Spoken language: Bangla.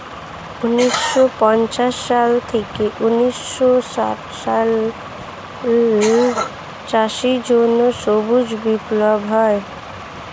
ঊন্নিশো পঞ্চাশ সাল থেকে ঊন্নিশো ষাট সালে চাষের জন্য সবুজ বিপ্লব হয়